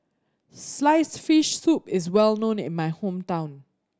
sliced fish soup is well known in my hometown